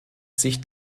sich